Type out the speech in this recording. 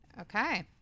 Okay